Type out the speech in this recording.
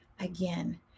again